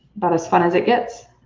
about as fun as it gets.